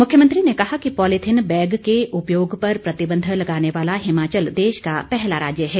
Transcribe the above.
मुख्यमंत्री ने कहा कि पॉलिथिन बैग के उपयोग पर प्रतिबंध लगाने वाला हिमाचल देश का पहला राज्य है